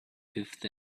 fifth